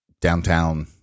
downtown